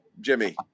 Jimmy